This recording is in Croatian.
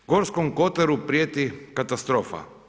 Gorskom kotaru prijeti katastrofa.